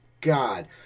God